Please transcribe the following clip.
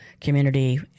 community